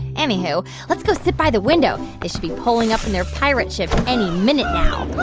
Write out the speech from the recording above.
anywho, let's go sit by the window. they should be pulling up in their pirate ship any minute now